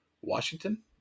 washington